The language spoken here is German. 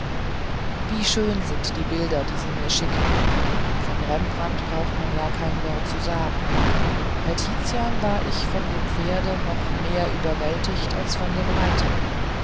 wie schön sind die bilder die sie mir schickten von rembrandt braucht man ja kein wort zu sagen bei tizian war ich von dem pferd noch mehr überwältigt als von dem reiter